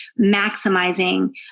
maximizing